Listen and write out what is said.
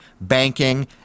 banking